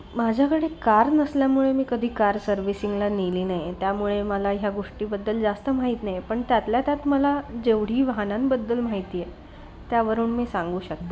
माझ्याकडे कार नसल्यामुळे मी कधी कार सर्व्हिसिंगला नेली नाहीये त्यामुळे मला ह्या गोष्टीबद्दल जास्त माहीत नाहीये पण त्यातल्या त्यात मला जेवढी वाहनांबद्दल माहिती आहे त्यावरून मी सांगू शकते